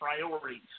Priorities